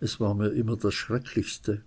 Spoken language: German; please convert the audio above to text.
es war mir immer das schrecklichste